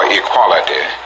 equality